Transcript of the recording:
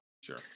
sure